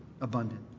abundant